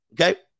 okay